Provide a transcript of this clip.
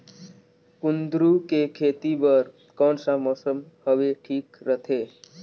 कुंदूरु के खेती बर कौन सा मौसम हवे ठीक रथे?